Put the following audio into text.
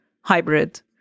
hybrid